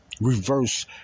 Reverse